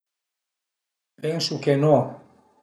Pensu che no